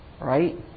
right